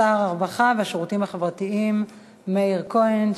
שר הרווחה והשירותים החברתיים מאיר כהן,